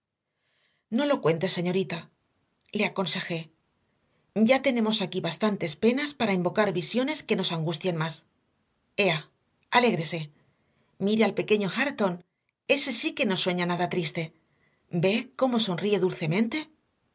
no lo cuente señorita le aconsejé ya tenemos aquí bastantes penas para invocar visiones que nos angustien más ea alégrese mire al pequeño hareton ese sí que no sueña nada triste ve cómo sonríe dulcemente